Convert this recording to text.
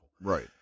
Right